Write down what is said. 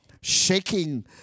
shaking